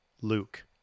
Luke